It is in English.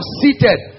seated